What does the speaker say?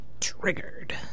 Triggered